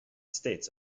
states